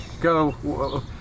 go